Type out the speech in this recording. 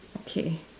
okay